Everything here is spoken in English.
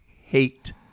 hate